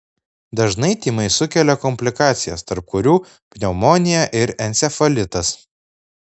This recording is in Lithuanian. dažnai tymai sukelia komplikacijas tarp kurių pneumonija ir encefalitas